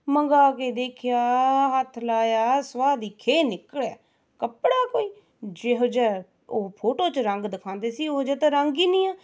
ਮੰਗਵਾ ਕੇ ਦੇਖਿਆ ਹੱਥ ਲਾਇਆ ਸਵਾਹ ਦੀ ਖੇਹ ਨਿਕਲਿਆ ਕੱਪੜਾ ਕੋਈ ਜਿਹੋ ਜਿਹਾ ਉਹ ਫੋੋਟੋ 'ਚ ਰੰਗ ਦਿਖਾਉਂਦੇ ਸੀ ਉਹ ਜਿਹਾ ਤਾਂ ਰੰਗ ਹੀ ਨਹੀਂ ਆ